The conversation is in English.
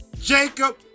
Jacob